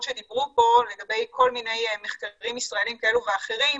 שדיברו פה לגבי כל מיני מחקרים ישראליים כאלה ואחרים,